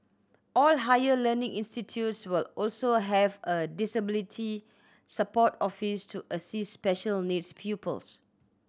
all higher learning institutes will also have a disability support office to assist special needs pupils